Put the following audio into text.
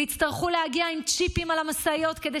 ויצטרכו להגיע עם צ'יפים על המשאיות כדי